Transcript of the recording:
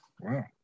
Wow